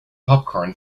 popcorn